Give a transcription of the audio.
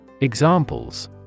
Examples